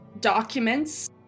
documents